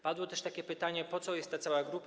Padło też takie pytanie: Po co jest ta cała grupa?